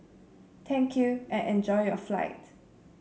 thank you and enjoy your flight